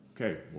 okay